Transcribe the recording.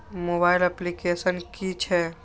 Mobile application कि छै?